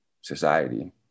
society